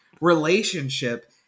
relationship